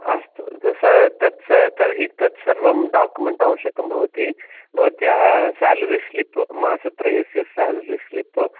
अस्तु त तर्हि त तत् सर्वं डाकुमेन्ट् आवश्यकं भवति भवत्याः सेलरिस्लिप् मासत्रयस्य सेलरिस्लिप्